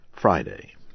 Friday